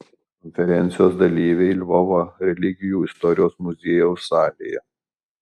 konferencijos dalyviai lvovo religijų istorijos muziejaus salėje